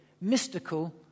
mystical